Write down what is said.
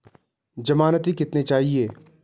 ज़मानती कितने चाहिये?